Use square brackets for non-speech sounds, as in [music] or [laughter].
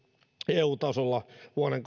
eu tasolla vuoden [unintelligible]